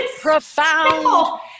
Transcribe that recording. profound